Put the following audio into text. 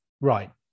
right